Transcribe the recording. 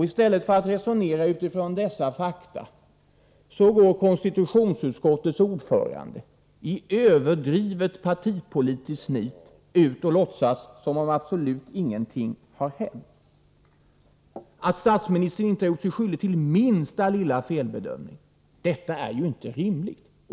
I stället för att resonera utifrån dessa fakta låtsas konstitutionsutskottets ordförande i överdrivet partipolitiskt nit som om statsministern inte gjort sig skyldig till minsta lilla felbedömning! Detta är inte rimligt.